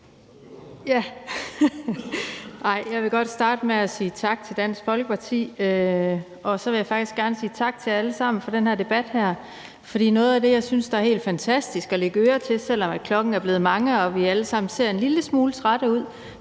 Jeg vil godt starte med at sige tak til Dansk Folkeparti, og så vil jeg faktisk også gerne sige tak til jer alle sammen for den her debat. For noget af det, jeg synes, der er helt fantastisk at lægge øre til, selv om klokken er blevet mange og vi alle sammen ser en lille smule trætte ud,